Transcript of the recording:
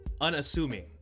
unassuming